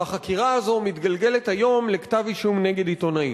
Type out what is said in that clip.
והחקירה הזאת מתגלגלת היום לכתב-אישום נגד עיתונאי.